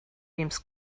wem´s